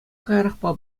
каярахпа